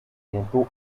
bientôt